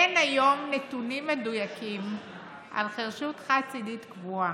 אין היום נתונים מדויקים על חירשות חד-צידית קבועה,